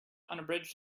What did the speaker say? unabridged